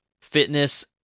fitness